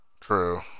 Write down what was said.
True